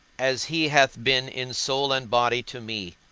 as he hath been in soul and body to me,